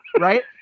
right